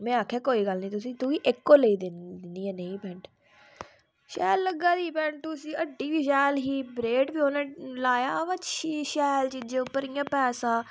में आखेआ कोई गल्ल निं तुगी इक होर लेई देनी पैंट शैल लग्गा दी ही पैंट उसी हट्टी बी शैल ही रेट ते उ'नें लाया पर चीज शैल चीजा पर इ'यां पैसा